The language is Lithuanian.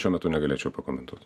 šiuo metu negalėčiau pakomentuot